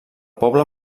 poble